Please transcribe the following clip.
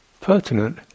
pertinent